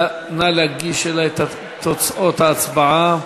נא להגיש אלי את תוצאות ההצבעה.